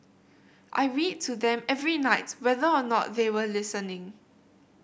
I read to them every night whether or not they were listening